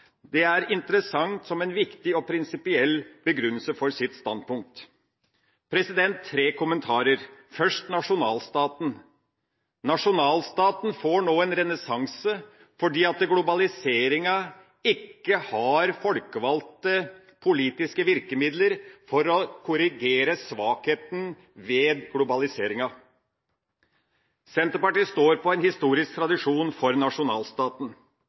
Det er interessant som en viktig og prinsipiell begrunnelse for sitt standpunkt. Tre kommentarer – først nasjonalstaten: Nasjonalstaten får nå en renessanse fordi globaliseringa ikke har folkevalgte politiske virkemidler for å korrigere svakheten ved globaliseringa. Senterpartiet står på en historisk tradisjon for nasjonalstaten.